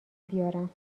بیارم